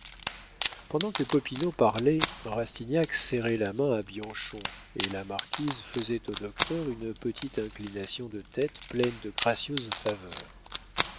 pendant que popinot parlait rastignac serrait la main à bianchon et la marquise faisait au docteur une petite inclination de tête pleine de gracieuses faveurs